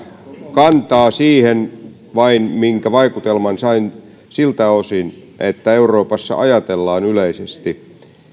kantaa siihen vain minkä vaikutelman sain siltä osin että euroopassa ajatellaan yleisesti